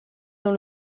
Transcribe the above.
dans